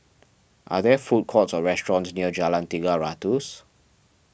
are there food courts or restaurants near Jalan Tiga Ratus